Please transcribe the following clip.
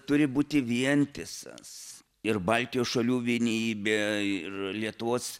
turi būti vientisas ir baltijos šalių vienybė ir lietuvos